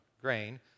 grain